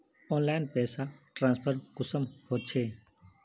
Online पैसा transfer कुंसम होचे?